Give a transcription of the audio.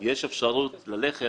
יש אפשרות ללכת